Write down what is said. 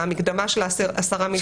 המקדמה של ה-10 מיליון שקלים.